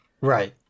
Right